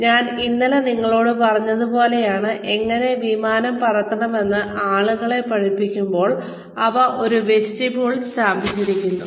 അതിനാൽ ഞാൻ ഇന്നലെ നിങ്ങളോട് പറഞ്ഞത് പോലെയാണ് എങ്ങനെ വിമാനം പറത്തണമെന്ന് ആളുകളെ പഠിപ്പിക്കുമ്പോൾ അവ ഒരു വെസ്റ്റിബ്യൂളിൽ സ്ഥാപിച്ചിരിക്കുന്നു